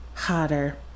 hotter